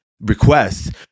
requests